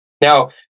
Now